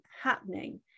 happening